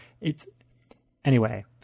it's—anyway